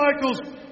Michaels